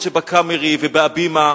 אף-על-פי שב"הקאמרי" וב"הבימה"